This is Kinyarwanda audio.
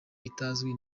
itazwi